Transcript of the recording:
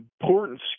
important